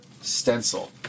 stencil